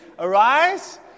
Arise